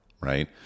right